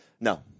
No